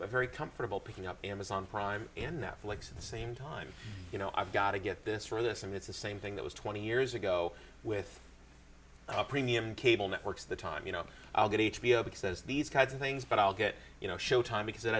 but very comfortable picking up amazon prime and netflix at the same time you know i've got to get this or this and it's the same thing that was twenty years ago with a premium cable networks the time you know i'll get h b o because there's these kinds of things but i'll get you know showtime because it